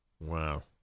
Wow